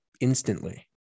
instantly